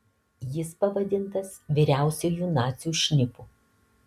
jis pavadintas vyriausiuoju nacių šnipu